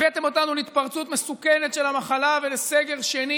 הבאתם אותנו להתפרצות מסוכנת של המחלה ולסגר שני,